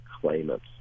claimants